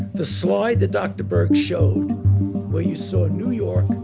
the slide that dr. birx showed where you saw new york